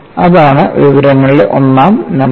അതാണ് വിവരങ്ങളുടെ ഒന്നാം നമ്പർ